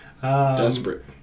desperate